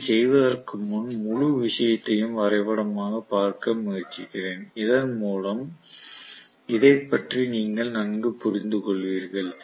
இதைச் செய்வதற்கு முன் முழு விஷயத்தையும் வரைபடமாகப் பார்க்க முயற்சிக்கிறேன் இதன்மூலம் இதைப் பற்றி நீங்கள் நன்கு புரிந்துகொள்வீர்கள்